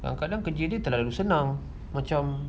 kadang kerja dia terlalu senang macam